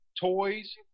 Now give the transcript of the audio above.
toys